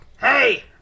hey